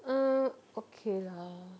uh okay lah